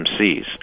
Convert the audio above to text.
MCs